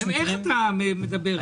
איך אתה מדבר אליהם?